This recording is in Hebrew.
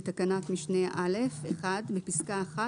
בתקנת משנה (א) בפסקה (1),